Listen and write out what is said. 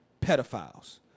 pedophiles